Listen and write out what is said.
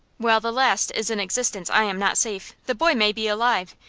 while the last is in existence i am not safe. the boy may be alive,